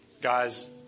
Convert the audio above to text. Guys